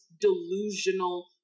delusional